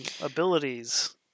abilities